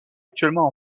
actuellement